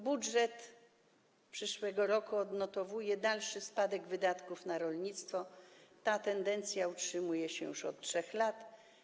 Budżet przyszłego roku odnotowuje dalszy spadek wydatków na rolnictwo, ta tendencja utrzymuje się już od 3 lat.